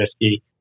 risky